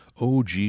OG